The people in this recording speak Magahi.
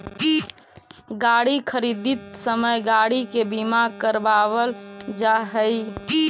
गाड़ी खरीदित समय गाड़ी के बीमा करावल जा हई